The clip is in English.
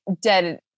dead